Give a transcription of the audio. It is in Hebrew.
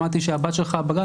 שמעתי שהבת שלך בגן,